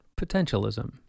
potentialism